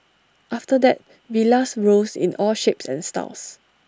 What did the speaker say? after that villas rose in all shapes and styles